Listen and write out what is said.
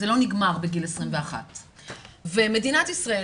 זה לא נגמר בגיל 21. מדינת ישראל